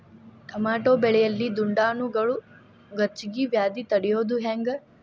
Tomato ಬೆಳೆಯಲ್ಲಿ ದುಂಡಾಣು ಗಜ್ಗಿ ವ್ಯಾಧಿ ತಡಿಯೊದ ಹೆಂಗ್?